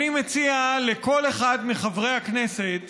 אני מציע לכל אחד מחברי הכנסת